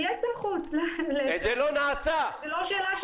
באה חברת תעופה מסוימת ואמרה: יש לי 270 נוסעים שיש להם אישורי